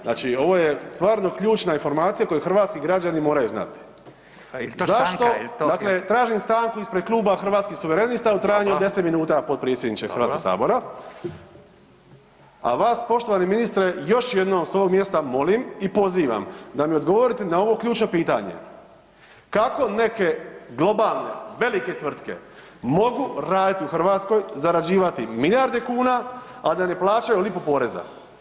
Znači ovo je stvarno ključna informacija koju hrvatski građani moraju znati [[Upadica: Stanka, je li to?]] dakle tražim stanku ispred Kluba Hrvatskih suverenista u [[Upadica: Dobro.]] trajanju od 10 minuta, potpredsjedniče HS-a, a vas poštovani ministre, još jednom s ovog mjesta molim i pozivam da mi odgovorite na ovo ključno pitanje, kako neke globalne velike tvrtke mogu raditi u Hrvatskoj, zarađivati milijarde kuna, a da ne plaćaju lipu poreza?